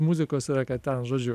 muzikos yra ką ten žodžiu